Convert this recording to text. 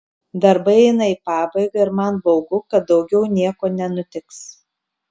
darbai eina į pabaigą ir man baugu kad daugiau nieko nenutiks